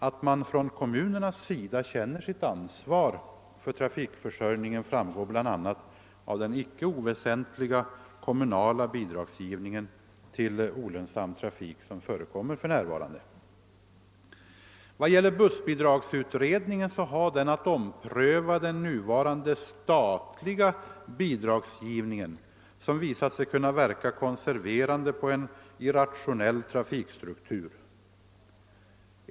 Att man från kommunernas sida känner sitt ansvar för trafikförsörjningen framgår bl.a. av den icke oväsentliga bidragsgivning till olönsam trafik som förekommer för närvarande. Vad gäller bussbidragsutredningen så har den att ompröva den nuvarande statliga bidragsgivningen, vilken visat sig verka konserverande på en irrationell trafikstruktur.